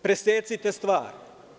Presecite stvar.